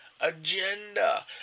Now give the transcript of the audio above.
agenda